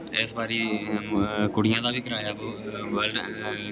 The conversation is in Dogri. ते इस बारी कुड़िये दा बी कराया वर्ल्ड